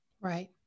Right